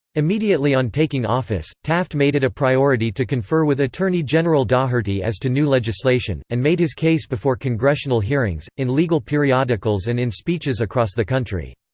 immediately on taking office, taft made it a priority to confer with attorney general daugherty as to new legislation, and made his case before congressional hearings, in legal periodicals and in speeches across the country.